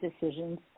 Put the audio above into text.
decisions